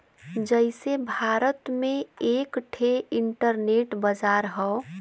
जइसे भारत में एक ठे इन्टरनेट बाजार हौ